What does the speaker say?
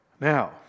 Now